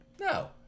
no